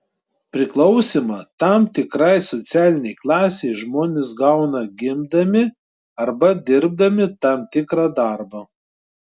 priklausymą tam tikrai socialinei klasei žmonės gauna gimdami arba dirbdami tam tikrą darbą